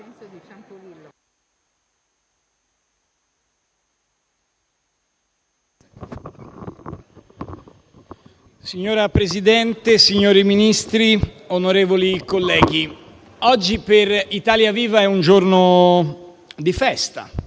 Signor Presidente, signori Ministri, onorevoli colleghi, oggi, per Italia Viva è un giorno di festa.